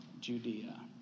Judea